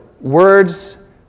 words